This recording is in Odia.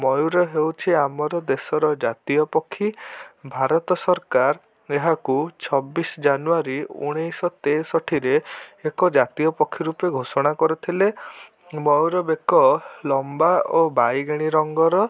ମୟୂର ହେଉଛି ଆମର ଦେଶର ଜାତୀୟ ପକ୍ଷୀ ଭାରତ ସରକାର ଏହାକୁ ଛବିଶ ଜାନୁୟାରୀ ଉଣେଇଶହତେଷଠିରେ ଏକ ଜାତୀୟ ପକ୍ଷୀରୂପେ ଘୋଷଣା କରିଥିଲେ ମୟୂର ବେକ ଲମ୍ବା ଓ ବାଇଗଣୀ ରଙ୍ଗର